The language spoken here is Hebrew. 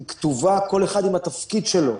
היא כתובה, כל אחד עם התפקיד שלו.